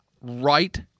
right